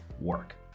work